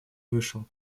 вышел